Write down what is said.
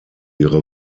ihre